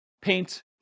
paint